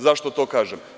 Zašto to kažem?